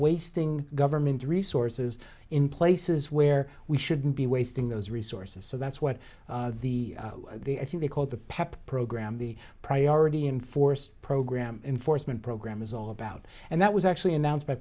wasting government resources in places where we shouldn't be wasting those resources so that's what the the i think they called the pep program the priority and force program enforcement program is all about and that was actually announced by